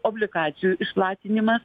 obligacijų išplatinimas